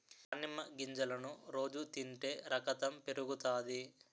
దానిమ్మ గింజలను రోజు తింటే రకతం పెరుగుతాది